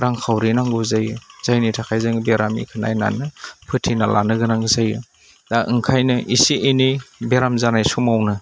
रांखावरि नांगौ जायो जायनि थाखाय जों बेरामिखौ नायनानो फोथैना लानो गोनां जायो दा ओंखायनो इसे एनै बेराम जानाय समावनो